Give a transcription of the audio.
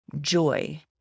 joy